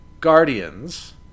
Guardians